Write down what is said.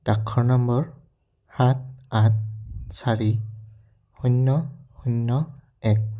ডাকঘৰ নম্বৰ সাত আঠ চাৰি শূন্য শূন্য এক